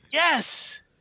Yes